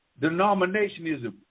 denominationism